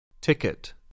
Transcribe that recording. Ticket